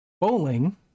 bowling